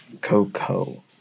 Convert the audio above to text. Coco